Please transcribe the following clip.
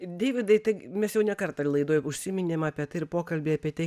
deividai tai mes jau ne kartą laidoj užsiminėm apie tai ir pokalby apie tai